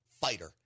Fighter